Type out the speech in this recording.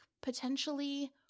potentially